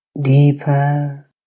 Deeper